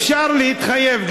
אפשר להתחייב,